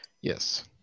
Yes